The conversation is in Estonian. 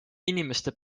inimeste